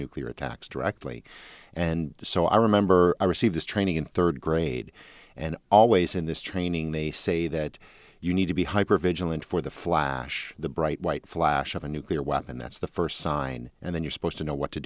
nuclear attacks directly and so i remember i receive this training in third grade and always in this training they say that you need to be hyper vigilant for the flash the bright white flash of a nuclear weapon that's the first sign and then you're supposed to know what to